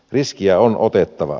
riskejä on otettava